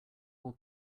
will